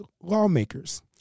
lawmakers